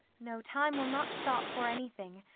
no, time will not stop for anything,